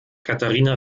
katharina